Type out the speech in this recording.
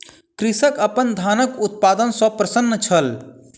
कृषक अपन धानक उत्पादन सॅ प्रसन्न छल